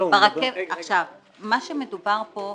מה שמדובר פה,